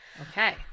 Okay